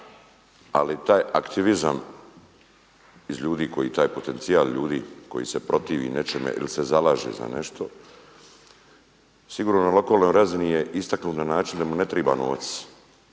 ali taj aktivizam iz ljudi koji taj potencijal ljudi koji se protivi nečemu ili se zalaže za nešto sigurno na lokalnoj razini je istaknut na način da mu ne triba novac.